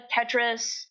tetris